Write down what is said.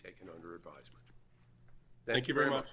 taken under advisement thank you very much